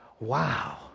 Wow